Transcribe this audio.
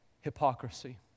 hypocrisy